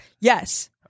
Yes